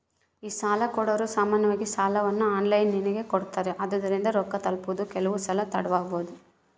ಈ ಸಾಲಕೊಡೊರು ಸಾಮಾನ್ಯವಾಗಿ ಸಾಲವನ್ನ ಆನ್ಲೈನಿನಗೆ ಕೊಡುತ್ತಾರೆ, ಆದುದರಿಂದ ರೊಕ್ಕ ತಲುಪುವುದು ಕೆಲವುಸಲ ತಡವಾಬೊದು